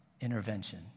intervention